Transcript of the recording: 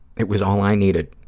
it was all i needed,